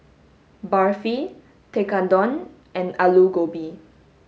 Barfi Tekkadon and Alu Gobi